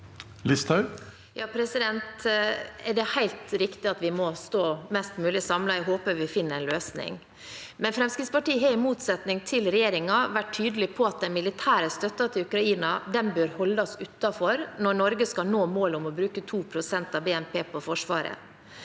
Det er helt riktig at vi må stå mest mulig samlet. Jeg håper vil finner en løsning. Fremskrittspartiet har i motsetning til regjeringen vært tydelig på at den militære støtten til Ukraina bør holdes utenfor når Norge skal nå målet om å bruke 2 pst. av BNP på Forsvaret.